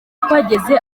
twageze